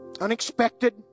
unexpected